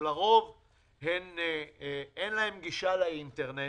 והיא שאין להן גישה לאינטרנט